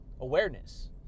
awareness